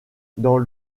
dans